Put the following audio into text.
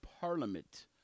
parliament